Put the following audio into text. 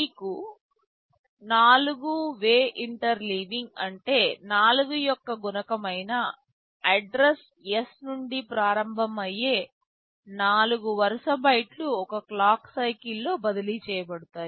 మీకు 4 way interleaving ఉంటే 4 యొక్క గుణకం అయిన అడ్రస్ ఎస్ నుండి ప్రారంభమయ్యే 4 వరుస బైట్లు ఒకే క్లాక్ సైకిల్ లో బదిలీ చేయబడతాయి